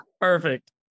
Perfect